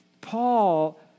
Paul